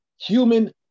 human